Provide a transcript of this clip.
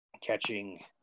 catching